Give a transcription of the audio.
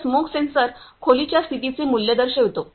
तर smoke sensor खोलीच्या स्थितीचे मूल्य दर्शवितो